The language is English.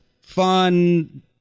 fun